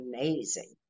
amazing